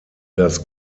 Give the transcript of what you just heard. das